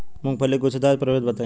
मूँगफली के गूछेदार प्रभेद बताई?